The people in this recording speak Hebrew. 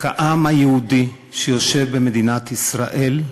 כעם היהודי שיושב במדינת ישראל,